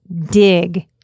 dig